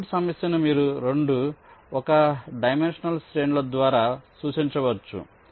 input సమస్యను మీరు 2 ఒక డైమెన్షనల్ శ్రేణుల ద్వారా సూచించవచ్చు